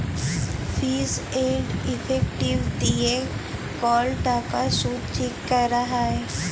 ফিজ এল্ড ইফেক্টিভ দিঁয়ে কল টাকার সুদ ঠিক ক্যরা হ্যয়